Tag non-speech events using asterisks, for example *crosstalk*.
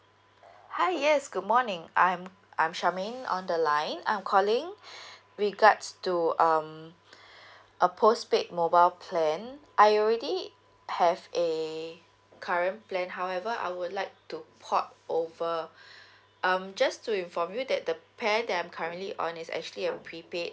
hi yes good morning I'm I'm charmaine on the line I'm calling *breath* regards to um *breath* a postpaid mobile plan I already have a current plan however I would like to port over *breath* um just to inform you that the plan that I'm currently on is actually a prepaid